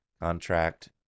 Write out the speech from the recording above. contract